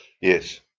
Yes